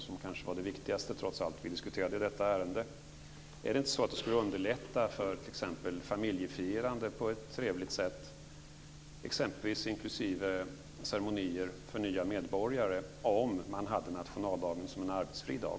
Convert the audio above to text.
Det var kanske trots allt det viktigaste som vi diskuterade i detta ärende. Skulle det inte underlätta för ett trevligt familjefirande, t.ex. inklusive ceremonier för nya medborgare, om man hade nationaldagen som en arbetsfri dag?